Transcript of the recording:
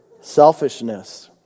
selfishness